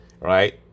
right